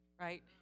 Right